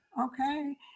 okay